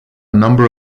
number